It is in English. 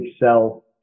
Excel